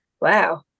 Wow